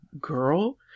girl